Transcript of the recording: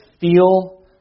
feel